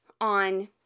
on